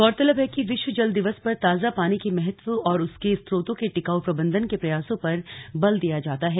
गौरतलब है कि विश्व जल दिवस पर ताजा पानी के महत्वल और उसके स्रोतों के टिकाऊ प्रबंधन के प्रयासों पर बल दिया जाता है